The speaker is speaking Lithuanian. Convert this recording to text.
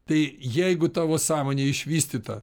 tai jeigu tavo sąmonė išvystyta